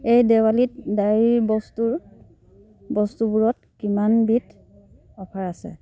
এই দেৱালীত ডায়েৰীৰ বস্তুৰ বস্তুবোৰত কিমান বিধ অফাৰ আছে